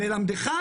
ללמדך,